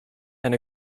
and